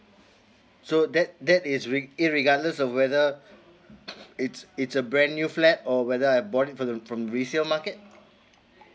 so that that is re~ it regardless of whether it's it's a brand new flat or whether I bought it from the from resale market